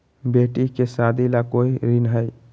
बेटी के सादी ला कोई ऋण हई?